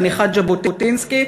חניכת ז'בוטינסקי,